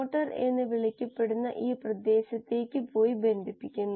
നിങ്ങൾക്ക് ഇത് വിശദമായി പരിശോധിക്കാം